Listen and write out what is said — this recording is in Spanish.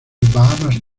bahamas